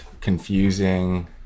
confusing